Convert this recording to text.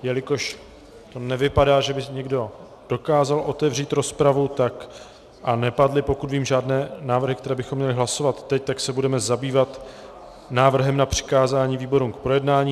A jelikož to nevypadá, že by někdo dokázal otevřít rozpravu, a nepadly, pokud vím, žádné návrhy, o kterých bychom měli hlasovat teď, tak se budeme zabývat návrhem na přikázání výborům k projednání.